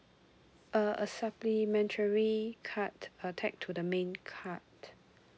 uh a supplementary card uh tag to the main card